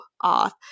off